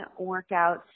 workouts